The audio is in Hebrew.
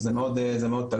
זה מאוד תלוי,